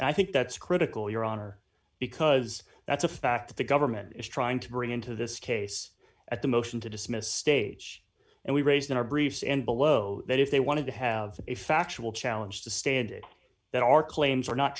and i think that's critical your honor because that's a fact that the government is trying to bring into this case at the motion to dismiss stage and we raised our briefs and below that if they wanted to have a factual challenge to stand it that our claims are not